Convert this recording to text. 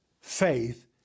Faith